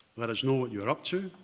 let us know what you're up to,